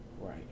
right